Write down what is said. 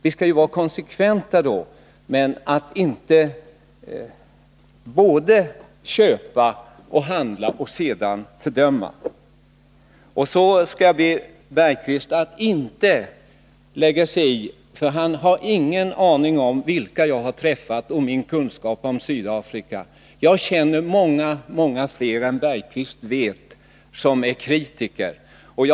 Man kan inte både köpa och sälja och sedan fördöma. Sedan skall jag be Jan Bergqvist att inte lägga sig i mina förehavanden, för han har ingen aning om vilka personer jag har träffat, och inte heller har han en aning om mina kunskaper om Sydafrika. Jag känner många fler än Jan Bergqvist vet om som är kritiska mot förhållandena i Sydafrika.